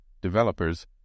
developers